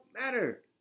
matter